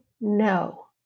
no